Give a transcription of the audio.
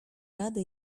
rady